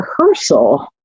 rehearsal